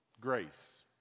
Grace